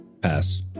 Pass